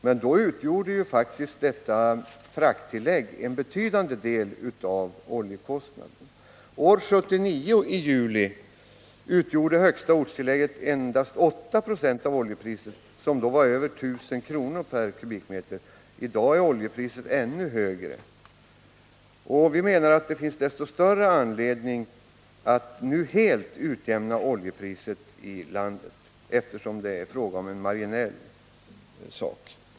Men då utgjorde faktiskt frakttillägget en betydande del av oljekostnaden. I juli 1979 utgjorde högsta ortstillägget endast 8 Jo av oljepriset, som då var över 1 000 kr./m?. I dag är oljepriset ännu högre. Desto större anledning finns det därför att nu helt utjämna oljepriset i landet, eftersom frågan är av marginell natur.